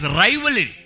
rivalry